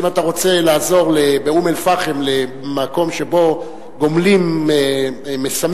אם אתה רוצה לעזור באום-אל-פחם למקום שבו גומלים מסמים,